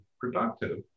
productive